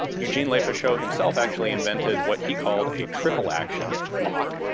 eugene lefacheaux himself actually invented what he called a triple action lock,